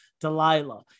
Delilah